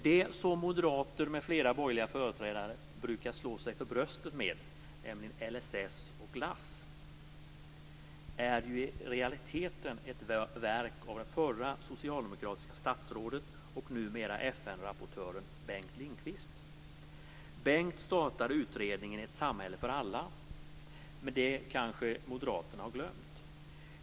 Det som moderater m.fl. borgerliga företrädare brukar slå sig för bröstet med, nämligen LSS och LASS, är ju i realiteten ett verk av det förra socialdemokratiska statsrådet och numera FN-rapportören Bengt Lindqvist. Han startade utredningen Ett samhälle för alla. Men det kanske moderaterna har glömt.